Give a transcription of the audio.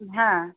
হ্যাঁ